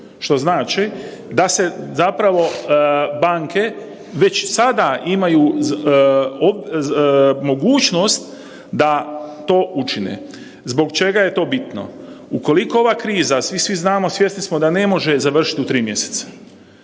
što znači da banke već sada imaju mogućnost da to učine. Zbog čega je to bitno? Ukoliko ova kriza, svi znamo i svjesni smo da ne može završiti u tri mjeseca,